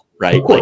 right